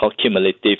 cumulative